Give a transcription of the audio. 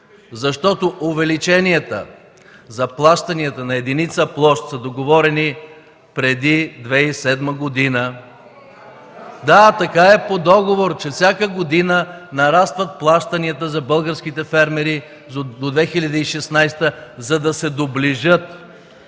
защото увеличенията за плащанията на единица площ са договорени преди 2007 г. (Реплики от ГЕРБ.) Да, така е по договор, че всяка година нарастват плащанията за българските фермери до 2016 г., за да се доближат